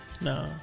No